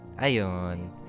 Ayon